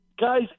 guys